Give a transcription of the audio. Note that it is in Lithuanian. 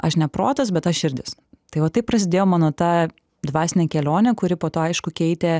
aš ne protas bet aš širdis tai va taip prasidėjo mano tą dvasinė kelionė kuri po to aišku keitė